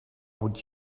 would